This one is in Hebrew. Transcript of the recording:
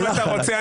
אם אתה רוצה,